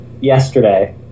yesterday